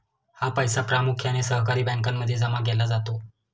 हा पैसा प्रामुख्याने सहकारी बँकांमध्ये जमा केला जातो